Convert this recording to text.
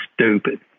stupid